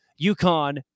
UConn